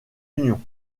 union